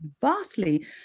vastly